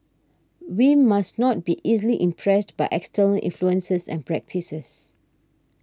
we must not be easily impressed by external influences and practices